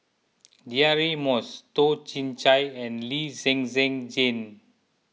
Deirdre Moss Toh Chin Chye and Lee Zhen Zhen Jane